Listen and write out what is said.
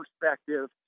perspective